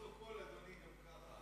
תודה.